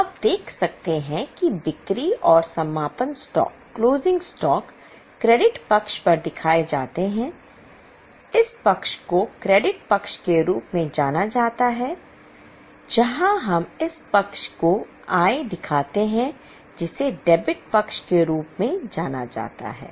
तो आप देख सकते हैं कि बिक्री और समापन स्टॉक क्रेडिट पक्ष पर दिखाए जाते हैं इस पक्ष को क्रेडिट पक्ष के रूप में जाना जाता है जहां हम इस पक्ष को आय दिखाते हैं जिसे डेबिट पक्ष के रूप में जाना जाता है